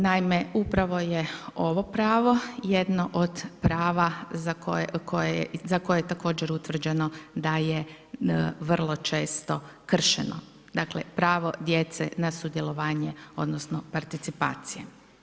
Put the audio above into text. Naime upravo je ovo pravo jedno od prava za koje je također utvrđeno da je vrlo često kršeno, dakle pravo djece na sudjelovanje, odnosno participacije.